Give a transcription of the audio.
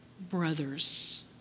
brothers